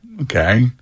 Okay